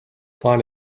fun